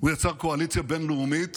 יצר קואליציה בין-לאומית